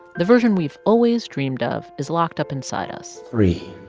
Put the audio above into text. the version we've always dreamed of, is locked up inside us. three.